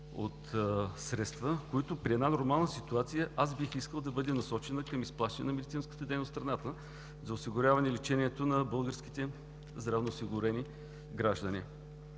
от средства, които при една нормална ситуация аз бих искал да бъде насочена към изплащане за медицинската дейност в страната за осигуряване на лечението на българските здравноосигурени граждани.